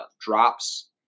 drops